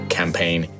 campaign